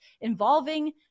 involving